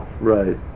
right